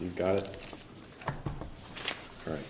you got it right